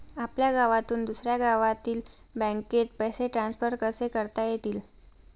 आपल्या गावातून दुसऱ्या गावातील बँकेत पैसे ट्रान्सफर कसे करता येतील?